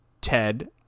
Ted